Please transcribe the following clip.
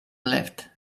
left